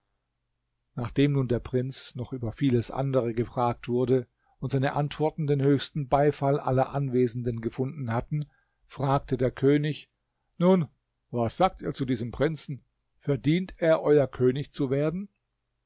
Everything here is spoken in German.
nachdem nun der prinz noch über vieles andere gefragt wurde und seine antworten den höchsten beifall aller anwesenden gefunden hatten fragte der könig nun was sagt ihr zu diesem prinzen verdient er euer könig zu werden